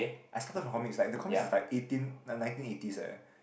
I started from comics like the comics is like eighteen nineteen eighties eh